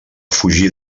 fugir